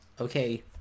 Okay